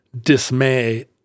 dismay